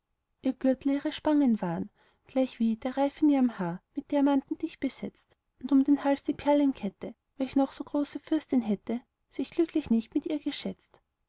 ihr gürtel ihre spangen waren gleichwie der reif in ihren haaren mit diamanten dicht besetzt und um den hals die perlenkette welch noch so große fürstin hätte sich glücklich nicht mit ihr geschätzt